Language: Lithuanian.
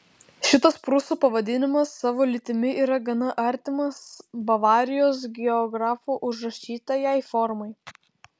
šitas prūsų pavadinimas savo lytimi yra gana artimas bavarijos geografo užrašytajai formai